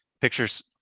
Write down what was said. pictures